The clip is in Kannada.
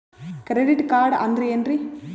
ಕ್ರೆಡಿಟ್ ಕಾರ್ಡ್ ಅಂದ್ರ ಏನ್ರೀ?